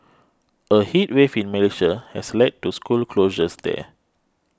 a heat wave in Malaysia has led to school closures there